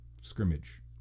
scrimmage